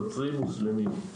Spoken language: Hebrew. נוצרים ומוסלמים.